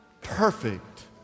perfect